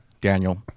Daniel